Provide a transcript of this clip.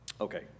Okay